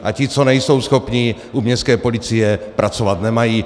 A ti, co nejsou schopní, u městské policie pracovat nemají.